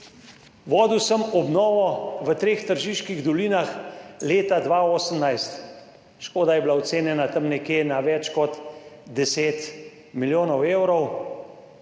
Vodil sem obnovo v treh tržiških dolinah leta 2018, škoda je bila ocenjena tam nekje na več kot 10 milijonov evrov.